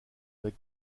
avec